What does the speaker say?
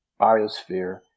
biosphere